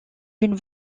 une